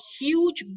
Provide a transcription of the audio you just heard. huge